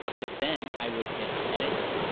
but then i would hit edit,